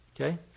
Okay